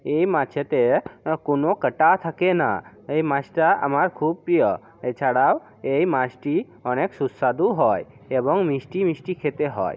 এই মাছেতে কোনো কাঁটা থাকে না এই মাছটা আমার খুব প্রিয় এছাড়াও এই মাছটি অনেক সুস্বাদু হয় এবং মিষ্টি মিষ্টি খেতে হয়